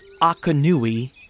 Akanui